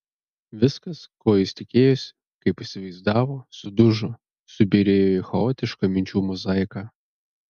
viskas ko jis tikėjosi kaip įsivaizdavo sudužo subyrėjo į chaotišką minčių mozaiką